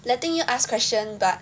letting you ask question but